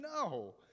no